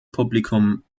publikum